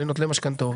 לנוטלי משכנתאות.